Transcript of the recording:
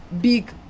big